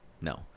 No